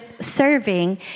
serving